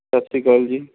ਸਤਿ ਸ਼੍ਰੀ ਅਕਾਲ ਜੀ